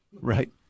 Right